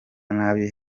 nabi